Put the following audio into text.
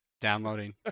Downloading